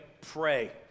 pray